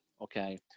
Okay